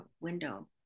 window